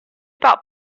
about